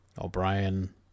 O'Brien